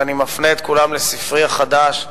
ואני מפנה את כולם לספרי החדש: